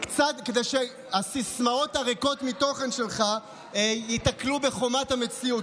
כדי שהסיסמאות הריקות מתוכן שלך ייתקלו בחומת המציאות,